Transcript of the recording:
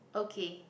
okay